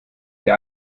der